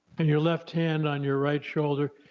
and your left hand on your right shoulder,